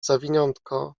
zawiniątko